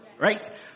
Right